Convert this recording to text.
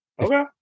Okay